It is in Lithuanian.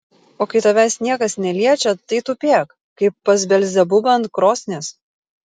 o kai tavęs niekas neliečia tai tupėk kaip pas belzebubą ant krosnies